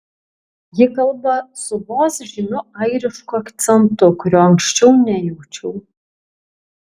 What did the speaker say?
ji kalba su vos žymiu airišku akcentu kurio anksčiau nejaučiau